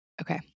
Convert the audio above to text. Okay